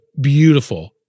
beautiful